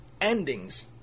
endings